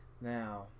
now